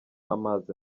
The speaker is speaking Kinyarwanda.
amazi